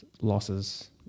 losses